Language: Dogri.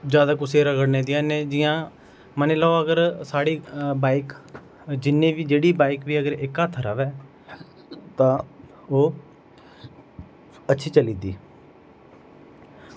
जादै कुसै रगड़ने देआ ने जि'यां मन्नी लैओ अगर साढ़ी बाईक जिन्नी बी जेह्ड़ी बाईक बी अगर इक हत्थ रवै तां ओह् अच्छी चली दी